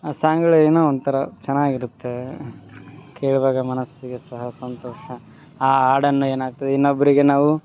ಆ ಸಾಂಗಳು ಏನೋ ಒಂಥರ ಚೆನ್ನಾಗ್ ಇರುತ್ತೆ ಕೇಳಿದಾಗ ಮನಸ್ಸಿಗೆ ಸಹ ಸಂತೋಷ ಆ ಹಾಡನ್ನು ಏನಾಗ್ತದೆ ಇನ್ನೊಬ್ಬರಿಗೆ ನಾವು